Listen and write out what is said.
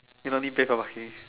if only best about he